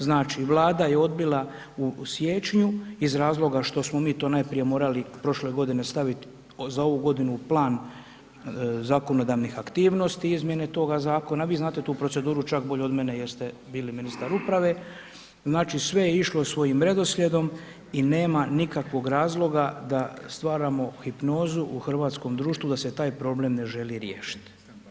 Znači Vlada je odbila u siječnju iz razloga što smo mi to najprije morali prošle godine staviti za ovu godinu u plan zakonodavnih aktivnosti izmjene toga zakona, vi znate tu proceduru čak bolje od mene jer ste bili ministar uprave, znači sve je išlo svojim redoslijedom i nema nikakvog razloga da stvaramo hipnozu u hrvatskom društvu da se taj problem ne želi riješiti.